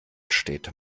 steht